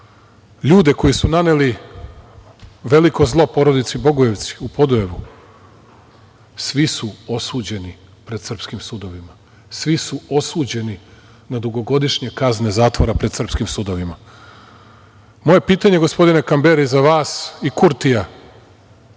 ljudi koji su naneli veliko zlo porodici Bogojevci, u Podujevu, svi su osuđeni pred srpskim sudovima, svi su osuđeni na dugogodišnje kazne zatvora, pred srpskim sudovima. Moje pitanje, gospodine Kamberi, za vas i Kurtija,